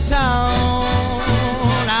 town